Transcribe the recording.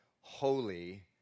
holy